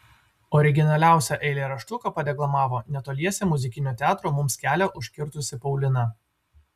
originaliausią eilėraštuką padeklamavo netoliese muzikinio teatro mums kelią užkirtusi paulina